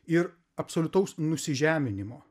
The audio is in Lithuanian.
ir absoliutaus nusižeminimo